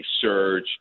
surge